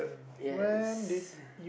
yes